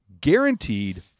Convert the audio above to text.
guaranteed